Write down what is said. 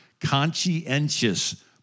conscientious